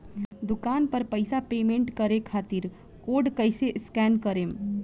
दूकान पर पैसा पेमेंट करे खातिर कोड कैसे स्कैन करेम?